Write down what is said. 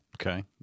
Okay